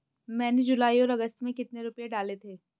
मैंने जुलाई और अगस्त में कितने रुपये डाले थे?